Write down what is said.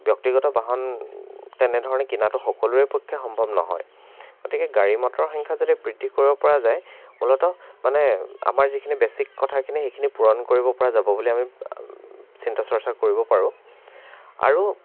ব্য়ক্তিগত বাহন তেনেধৰণে কিনাতো সকলোৰে পক্ষে সম্ভৱ নহয় গতিকে গাড়ী মটৰৰ সংখ্য়া যদি বৃদ্ধি কৰিব পৰা যায় মূলত মানে আমাৰ যিখিনি বেচিক কথাখিনি সেইখিনি পূৰণ কৰিব পৰা যাব বুলি আমি চিন্তা চৰ্চা কৰিব পাৰোঁ আৰু